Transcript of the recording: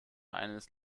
eines